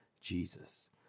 jesus